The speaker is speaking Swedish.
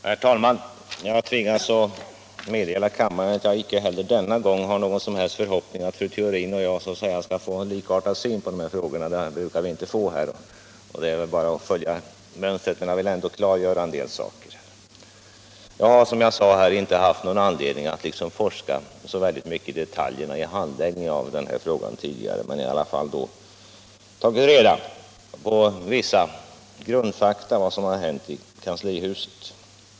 Herr talman! Jag tvingas meddela kammaren att jag icke heller denna gång har någon som helst förhoppning om att fru Theorin och jag skall komma till en likartad syn på problemen. Det brukar vi inte göra, och det är väl bara att nu följa mönstret. Men jag vill ändå klargöra en del saker. Jag har, som jag nämnde förut, inte haft någon anledning att forska så mycket i detaljerna i handläggningen av denna fråga tidigare, men jag har i alla fall tagit reda på vissa grundfakta om vad som har hänt i kanslihuset.